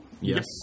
Yes